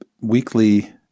weekly